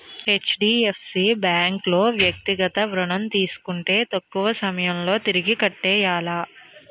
HDFC bank లో వ్యక్తిగత ఋణం తీసుకుంటే తక్కువ సమయంలో తిరిగి కట్టియ్యాల